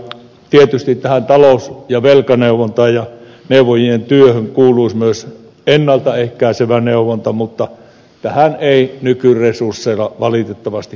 tietysti tähän talous ja velkaneuvontaan ja neuvojien työhön kuuluisi myös ennalta ehkäisevä neuvonta mutta tähän ei nykyresursseilla valitettavasti kyllä päästä